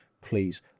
please